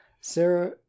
Sarah